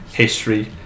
History